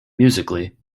musically